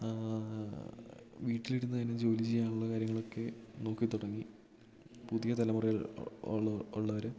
വീട്ടിലിരുന്നുതന്നെ ജോലി ചെയ്യാനുള്ള കാര്യങ്ങളൊക്കെ നോക്കിത്തുടങ്ങി പുതിയ തലമുറയിൽ ഉള്ളവർ